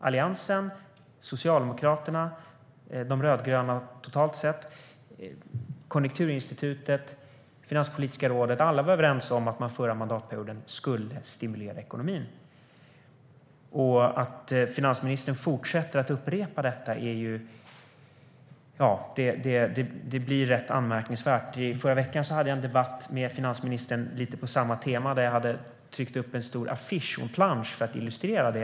Alliansen, Socialdemokraterna, de rödgröna totalt sett, Konjunkturinstitutet, Finanspolitiska rådet, ja alla var överens om att man förra mandatperioden skulle stimulera ekonomin. Att finansministern fortsätter att upprepa detta blir rätt anmärkningsvärt. I förra veckan hade jag en debatt med finansministern lite på samma tema, där jag hade tryckt upp en stor plansch för att illustrera det.